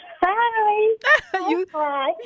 Hi